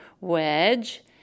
wedge